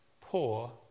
poor